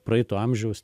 praeito amžiaus